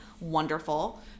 wonderful